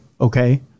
Okay